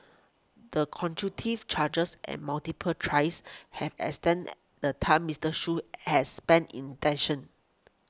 the charges and multiple tries have extended the time Mister Shoo has spent in tension